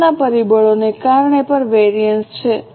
કિંમતના પરિબળોને કારણે પણ વેરિએન્સ છે